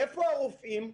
איפה הרופאים?